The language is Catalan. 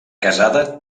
casada